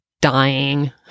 dying